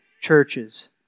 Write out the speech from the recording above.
churches